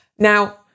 Now